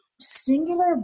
singular